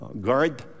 guard